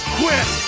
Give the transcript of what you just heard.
quit